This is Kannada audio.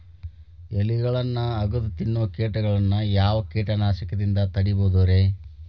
ಎಲಿಗೊಳ್ನ ಅಗದು ತಿನ್ನೋ ಕೇಟಗೊಳ್ನ ಯಾವ ಕೇಟನಾಶಕದಿಂದ ತಡಿಬೋದ್ ರಿ?